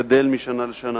גדל משנה לשנה.